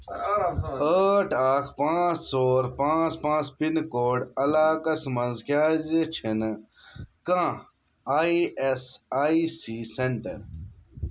ٲٹھ اکھ پانٛژھ ژور پانژٛھ پانٛژھ پِن کوڈ علاقس مَنٛز کیازِ چھِنہٕ کانٛہہ I S I C centre